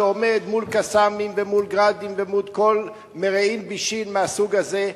שעומד מול "קסאמים" ומול "גראדים" ומול כל מיני מרעין בישין מהסוג הזה,